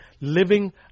living